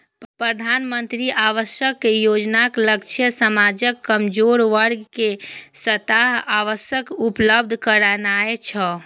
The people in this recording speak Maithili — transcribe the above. प्रधानमंत्री आवास योजनाक लक्ष्य समाजक कमजोर वर्ग कें सस्ता आवास उपलब्ध करेनाय छै